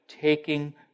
taking